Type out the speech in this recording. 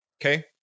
Okay